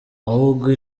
ahubwo